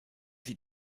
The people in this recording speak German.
sie